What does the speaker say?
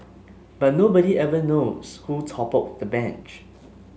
but nobody ever knows who toppled the bench